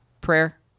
prayer